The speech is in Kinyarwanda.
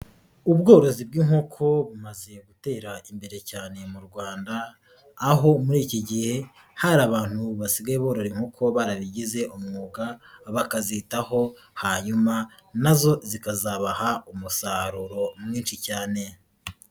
Ubworozi bw'inkoko bumaze gutera imbere cyane mu Rwanda, aho muri iki gihe hari abantu basigaye borora inkoko barabigize umwuga, bakazitaho hanyuma na zo zikazabaha umusaruro mwinshi cyane.